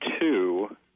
two